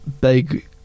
big